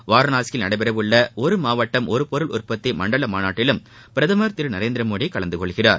வாரணாசியில் நடைபெற உள்ள ஒரு மாவட்டம் ஒரு பொருள் உற்பத்தி மண்டல மாநாட்டிலும் பிரதமர் திரு நரேந்திர மோட கலந்து கொள்கிறார்